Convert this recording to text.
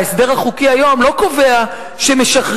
וההסדר החוקי היום לא קובע שמשחררים